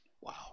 Wow